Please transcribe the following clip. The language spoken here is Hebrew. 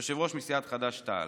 מסיעת חד"ש-תע"ל.